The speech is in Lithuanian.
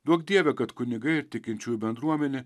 duok dieve kad kunigai ir tikinčiųjų bendruomenė